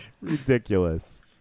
Ridiculous